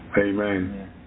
Amen